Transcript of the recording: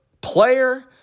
player